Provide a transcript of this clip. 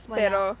pero